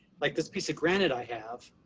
like this piece of granite i have,